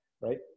right